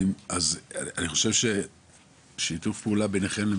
אני חושב ששיתוף פעולה ביניכם לבין